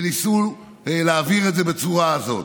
וניסו להעביר את זה בצורה הזאת.